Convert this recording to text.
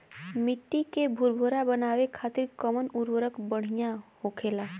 मिट्टी के भूरभूरा बनावे खातिर कवन उर्वरक भड़िया होखेला?